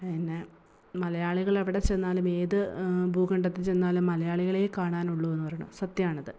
പിന്നെ മലയാളികൾ എവിടെ ചെന്നാലും ഏത് ഭൂഖണ്ഡത്തിൽ ചെന്നാലും മലയാളികളേ കാണാനുള്ളൂ എന്നു പറയുന്നു സത്യമാണത്